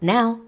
Now